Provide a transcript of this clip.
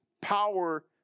power